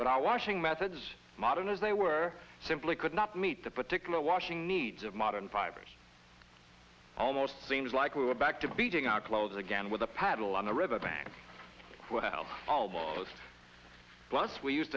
but i washing methods modern as they were simply could not meet the particular washing needs of modern fibers almost seems like we were back to beating our clothes again with a paddle on a river bank well almost once we used